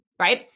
Right